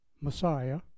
Messiah